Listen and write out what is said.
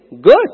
Good